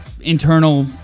internal